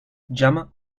llama